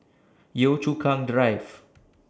Yio Chu Kang Drive